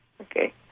Okay